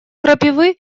крапивы